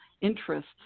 interests